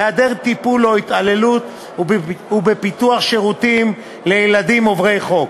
היעדר טיפול או התעללות ובפיתוח שירותים לילדים עוברי חוק.